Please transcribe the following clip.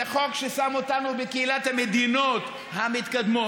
זה חוק ששם אותנו בקהילת המדינות המתקדמות.